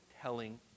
telling